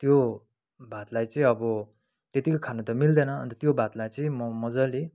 त्यो भातलाई चाहिँ अब त्यतिकै खानु त मिल्दैन अन्त त्यो भातलाई चाहिँ म मजाले